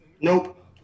Nope